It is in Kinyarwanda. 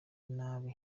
nabi